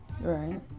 Right